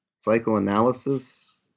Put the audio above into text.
psychoanalysis